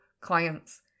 clients